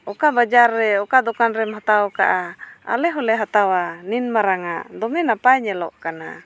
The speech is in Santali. ᱚᱠᱟ ᱵᱟᱡᱟᱨ ᱨᱮ ᱚᱠᱟ ᱫᱳᱠᱟᱱ ᱨᱮᱢ ᱦᱟᱛᱟᱣ ᱠᱟᱜᱼᱟ ᱟᱞᱮ ᱦᱚᱸᱞᱮ ᱦᱟᱛᱟᱣᱟ ᱱᱤᱱ ᱢᱟᱨᱟᱝ ᱟᱜ ᱫᱚᱢᱮ ᱱᱟᱯᱟᱭ ᱧᱮᱞᱚᱜ ᱠᱟᱱᱟ